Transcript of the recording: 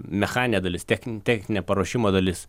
mechaninė dalis techni techninė paruošimo dalis